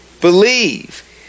believe